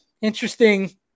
interesting